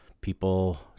people